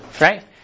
right